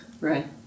Right